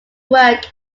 work